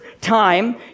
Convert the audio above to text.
time